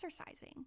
exercising